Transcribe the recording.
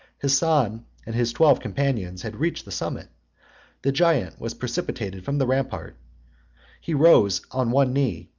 hassan and his twelve companions had reached the summit the giant was precipitated from the rampart he rose on one knee,